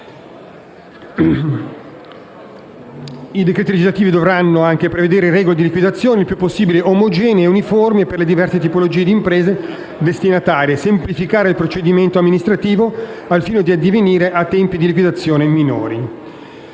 I decreti legislativi dovranno anche prevedere regole di liquidazione il più possibile omogenee ed uniformi per le diverse tipologie di imprese destinatarie e semplificare il procedimento amministrativo, al fine di addivenire a tempi di liquidazione minori.